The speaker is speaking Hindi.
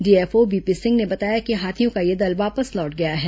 डीएफओ बीपी सिंह ने बताया कि हाथियों का यह दल वापस लौट गया है